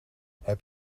heb